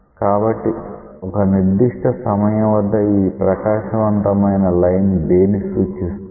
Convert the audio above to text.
కాబట్టి ఒక నిర్దిష్ట సమయం వద్ద ఈ ప్రకాశవంతమైన లైన్ దేన్ని సూచిస్తుంది